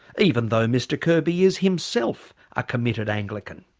even though mr kirby is himself a committed anglican.